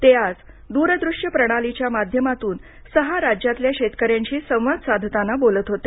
ते आज दूरदृश्य प्रणालीच्या माध्यमातून सहा राज्यातल्या शेतकाऱ्यांशी संवाद साधताना बोलत होते